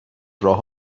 راه